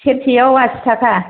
सेरसेयाव आसिथाखा